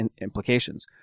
implications